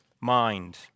mind